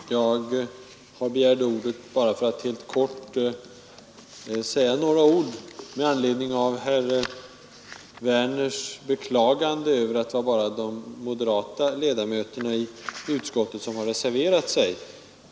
Fru talman! Jag har begärt ordet bara för att helt kort säga något med anledning av herr Werners beklagande av att bara de moderata ledamöterna i utskottet har reserverat sig.